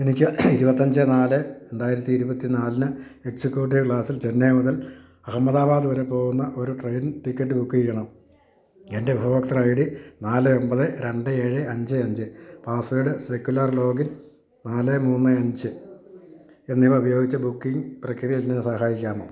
എനിക്ക് ഇരുപത്തഞ്ച് നാല് രണ്ടായിരത്തി ഇരുപത്തിനാലിന് എക്സിക്യൂട്ടീവ് ക്ലാസിൽ ചെന്നൈ മുതൽ അഹമ്മദാബാദ് വരെ പോകുന്ന ഒരു ട്രെയിൻ ടിക്കറ്റ് ബുക്ക് ചെയ്യണം എൻ്റെ ഉപഭോക്തൃ ഐ ഡി നാല് ഒൻപത് രണ്ട് ഏഴ് അഞ്ച് അഞ്ച് പാസ്സ്വേഡ് സെക്യുലർ ലോഗിൻ നാല് മൂന്ന് അഞ്ച് എന്നിവ ഉപയോഗിച്ച് ബുക്കിംഗ് പ്രക്രിയയിൽ എന്നെ സഹായിക്കാമോ